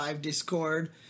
Discord